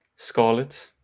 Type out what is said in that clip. Scarlet